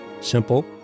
simple